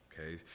Okay